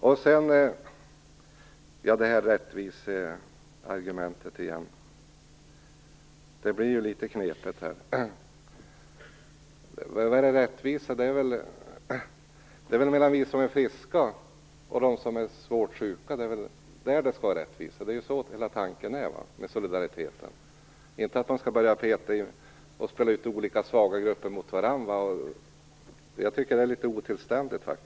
Sedan har vi återigen detta rättviseargument. Det blir litet knepigt. Det är väl mellan oss som är friska och dem som är sjuka som det skall finnas rättvisa. Det är hela tanken med solidariteten, inte att man skall börja spela ut olika svaga grupper mot varandra. Det är faktiskt otillständigt.